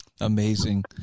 Amazing